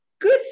good